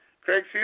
Craig